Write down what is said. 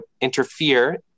interfere